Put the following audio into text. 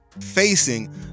facing